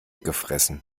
gefressen